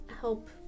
help